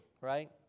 right